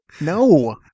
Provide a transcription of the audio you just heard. No